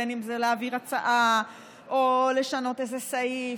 אם להעביר הצעה ואם לשנות איזה סעיף.